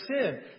sin